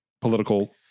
political